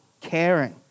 caring